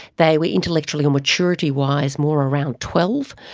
they were intellectually or maturity wise more around twelve.